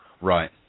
Right